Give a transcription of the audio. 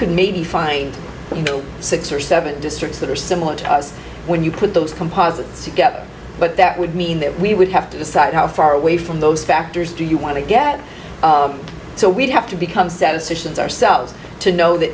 could maybe find six or seven districts that are similar to us when you put those composites together but that would mean that we would have to decide how far away from those factors do you want to get so we'd have to become statisticians ourselves to know that